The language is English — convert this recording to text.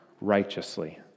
righteously